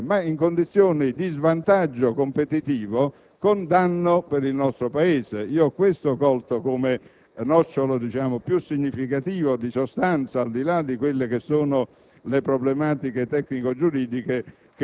a prese di posizione della Comunità europea, ma proprio in condizioni di svantaggio competitivo, con danno per il nostro Paese. Questo ho colto come nocciolo più significativo, di sostanza, al di là delle